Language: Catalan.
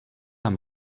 amb